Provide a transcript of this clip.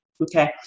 okay